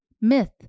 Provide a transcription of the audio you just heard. Myth